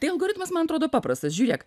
tai algoritmas man atrodo paprastas žiūrėk